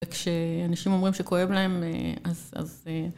וכשאנשים אומרים שכואב להם, אז... אז... אה...